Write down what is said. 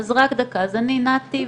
אז אני נתי,